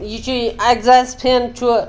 یہِ چھُ exhaust fan چھُ